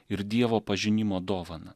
ir dievo pažinimo dovaną